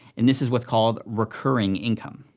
and this is what's called recurring income.